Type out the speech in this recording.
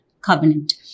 covenant